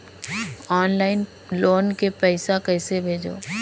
Online loan के पईसा कइसे भेजों?